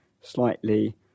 slightly